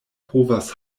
povas